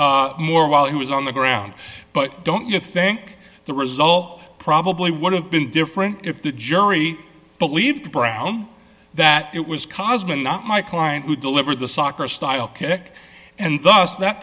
punched more while he was on the ground but don't you think the result probably would have been different if the jury believed brown that it was caused by my client who delivered the soccer style kick and thus that